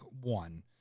one